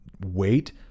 wait